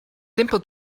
simple